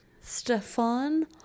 Stefan